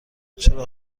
چراغ